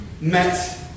met